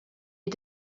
est